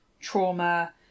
trauma